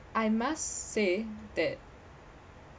I must say that